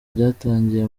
ryatangiye